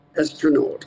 astronaut